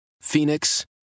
Phoenix